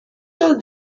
told